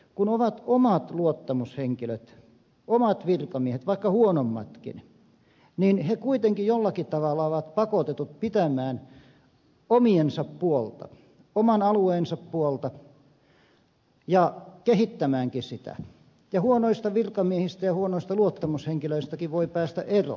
kun ovat omat luottamushenkilöt omat virkamiehet vaikka huonommatkin niin he kuitenkin jollakin tavalla ovat pakotetut pitämään omiensa puolta oman alueensa puolta ja kehittämäänkin sitä ja huonoista virkamiehistä ja huonoista luottamushenkilöistäkin voi päästä eroon